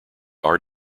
art